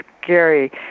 scary